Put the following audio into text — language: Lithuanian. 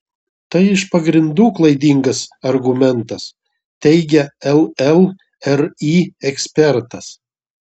tai iš pagrindų klaidingas argumentas teigia llri ekspertas